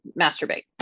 masturbate